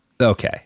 Okay